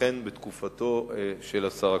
בתקופתו של השר הקודם.